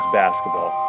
basketball